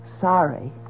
Sorry